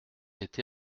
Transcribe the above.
été